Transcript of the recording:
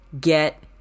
get